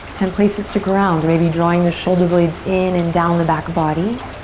and places to ground. maybe drawing the shoulder blades in and down the back body.